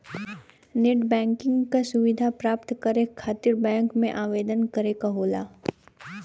net banking क सुविधा प्राप्त करे खातिर बैंक में आवेदन करे क होला